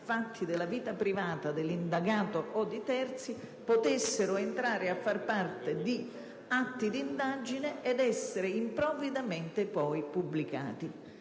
fatti della vita privata dell'indagato o di terzi, potessero entrare a far parte di atti di indagine ed essere poi improvvidamente pubblicati.